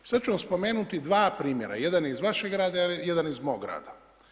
Sad ću vam spomenuti dva primjera, jedan je iz vašeg rada, jedan iz mog rada.